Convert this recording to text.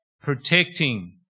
protecting